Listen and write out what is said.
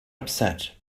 upset